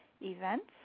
events